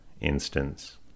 instance